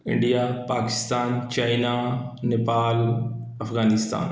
India Pakistan China Nepal Afghanistan